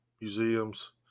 museums